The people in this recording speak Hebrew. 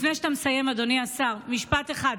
לפני שאתה מסיים, אדוני השר, משפט אחד.